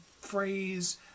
phrase